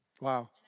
Wow